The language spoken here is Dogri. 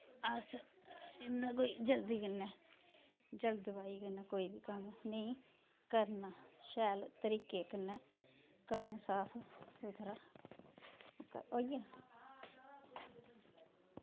अस इन्ना कोई जल्दी कन्नै जल्दबाजी कन्नै कोई कम्म नेंई करना शैल करीके कन्नै कम्म साफ सुथरा होइया